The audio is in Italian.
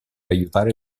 aiutare